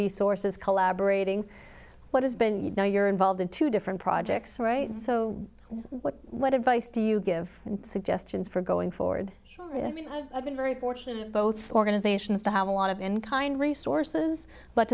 resources collaborating what has been you know you're involved in two different projects right so what advice do you give suggestions for going forward i've been very fortunate both organizations to have a lot of and kind resources but